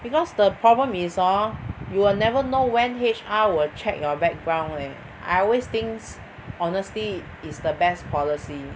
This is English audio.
because the problem is hor you will never know when H_R will check your background leh I always thinks honesty is the best policy